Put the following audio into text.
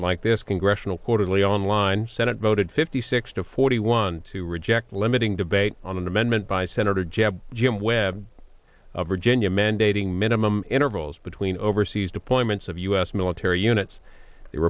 and like this congressional quarterly online senate voted fifty six to forty one to reject limiting debate on an amendment by senator jeff jim webb of virginia mandating minimum intervals between overseas deployments of u s military units